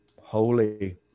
holy